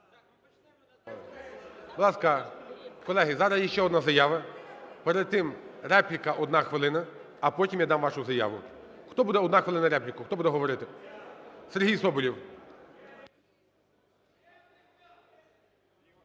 Будь ласка, колеги, зараз іще одна заява. Перед тим репліка, одна хвилина, а потім я дам вашу заяву. Хто буде, одна хвилина, репліку, хто буде говорити? Сергій Соболєв.